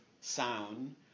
sound